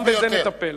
גם בזה נטפל.